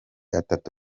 atatu